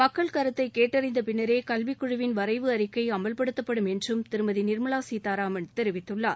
மக்கள் கருத்தை கேட்டறிந்தபின்னரே கல்விக் குழுவின் வரைவு அறிக்கை அமல்படுத்தப்படும் என்றும் திருமதி நிர்மலா சீதாராமன் தெரிவித்துள்ளார்